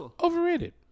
Overrated